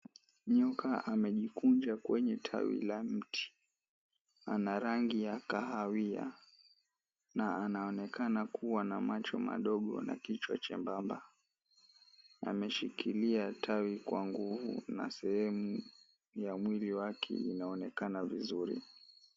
Nyoka amejikunja kwenye tawi la mti. Ana rangi ya kahawia na anaonekana kuwa na macho madogo na kichwa chembamba. Ameshikilia tawi kwa nguvu na sehemu ya mwili wake inaonekana vizuri.